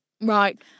Right